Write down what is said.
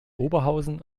oberhausen